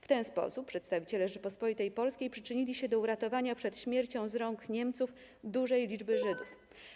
W ten sposób przedstawiciele Rzeczypospolitej Polskiej przyczynili się do uratowania przed śmiercią z rąk Niemców dużej liczby Żydów.